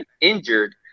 injured